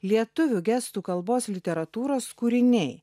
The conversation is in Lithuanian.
lietuvių gestų kalbos literatūros kūriniai